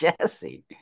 Jesse